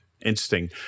interesting